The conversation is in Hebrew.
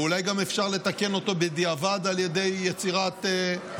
אולי גם אפשר לתקן אותו בדיעבד על ידי יצירת שיפוע מתאים.